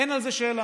אין על זה שאלה.